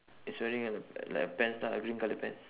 it's wearing a like a pants lah a green colour pants